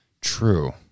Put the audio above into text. True